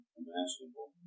imaginable